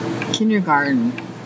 Kindergarten